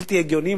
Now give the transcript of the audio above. בלתי הגיוניים,